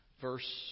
verse